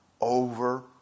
over